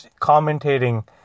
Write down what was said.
commentating